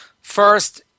First